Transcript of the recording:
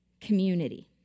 community